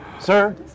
Sir